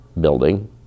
Building